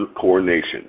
coordination